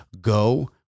go